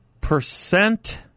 Percent